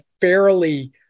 fairly